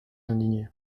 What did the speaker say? indignés